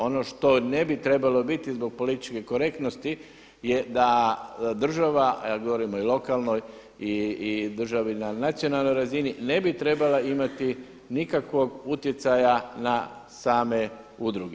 Ono što ne bi trebalo biti zbog političke korektnosti je da država, ja govorim i o lokalnoj i državi na nacionalnoj razini, ne bi trebala imati nikakvog utjecaja na same udruge.